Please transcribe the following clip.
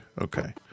Okay